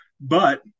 But-